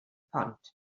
pont